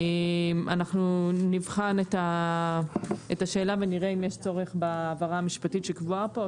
אנחנו נבחן את השאלה ונראה אם יש צורך בהבהרה המשפטית שקבועה פה?